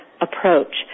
approach